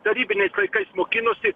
tarybiniais laikais mokinosi